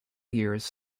years